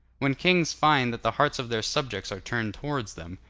when kings find that the hearts of their subjects are turned towards them,